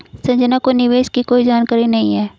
संजना को निवेश की कोई जानकारी नहीं है